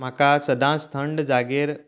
म्हाका सदांच थंड जागेर